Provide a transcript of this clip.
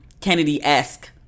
Kennedy-esque